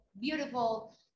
beautiful